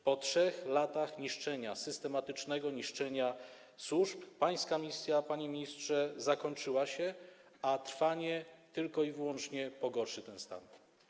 Po 3 latach niszczenia, systematycznego niszczenia służb, pańska misja, panie ministrze, zakończyła się, a trwanie tylko i wyłącznie pogorszy ten stan.